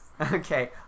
Okay